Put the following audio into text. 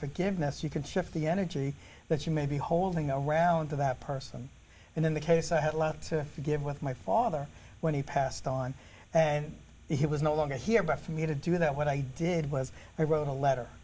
forgiveness you can shift the energy that you may be holding around to that person and then the case i had a lot to give with my father when he passed on and he was no longer here but for me to do that what i did was i wrote a letter